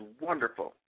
wonderful